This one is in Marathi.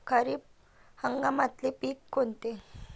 खरीप हंगामातले पिकं कोनते?